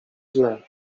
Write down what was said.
źle